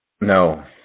no